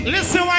Listen